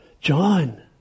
John